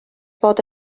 bod